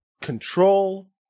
control